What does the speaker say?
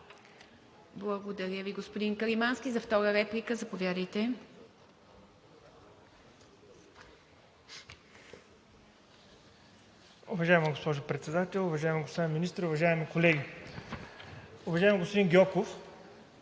Благодаря Ви, господин Каримански. За втора реплика – заповядайте.